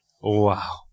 Wow